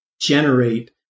generate